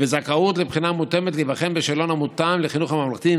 וזכאות לבחינה מותאמת להיבחן בשאלון המותאם לחינוך הממלכתי.